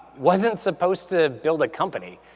wasn't supposed to build a company.